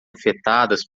afetadas